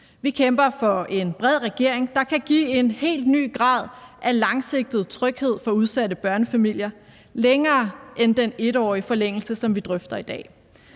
Vi kæmper for en bred regering, der kan give en helt ny grad af langsigtet tryghed for udsatte børnefamilier, længere end den 1-årige forlængelse, som vi drøfter i dag.